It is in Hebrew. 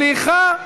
סליחה.